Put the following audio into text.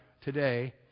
today